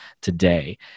today